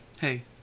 Hey